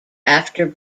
after